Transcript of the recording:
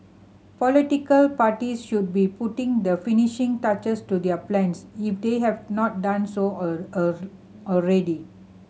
political parties should be putting the finishing touches to their plans if they have not done so already